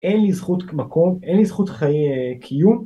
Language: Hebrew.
אין לי זכות מקום, אין לי זכות חיי קיום.